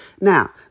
Now